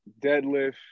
deadlift